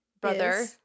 Brother